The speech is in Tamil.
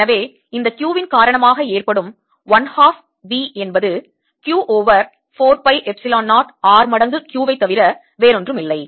எனவே இந்த Q இன் காரணமாக ஏற்படும் 1 ஹாஃப் V என்பது Q over 4 pi epsilon 0 R மடங்கு Q ஐத் தவிர வேறொன்றுமில்லை